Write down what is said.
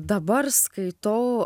dabar skaitau